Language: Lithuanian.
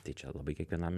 tai čia labai kiekvienam